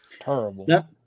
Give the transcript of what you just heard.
terrible